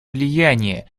влияние